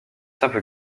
simple